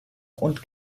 und